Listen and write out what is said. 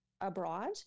abroad